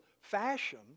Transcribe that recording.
fashion